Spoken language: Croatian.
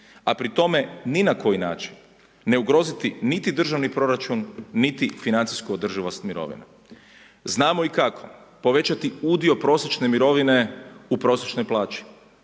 A pri tome ni na koji način ne ugroziti niti državni proračun niti financijsku održivost mirovina. Znamo i kako povećati udio prosječne mirovine u prosječnoj plaći,